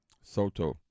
Soto